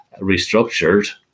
restructured